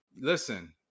Listen